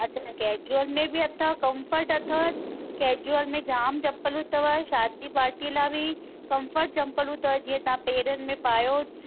अच्छा कैजुअल में अथव कंफर्ट अथव कैजुअल में जाम चप्पलू अथव शादी पार्टी लाइ बि कंफर्ट चंप्पलू अथव जीअं तव्हां पैरनि में पायो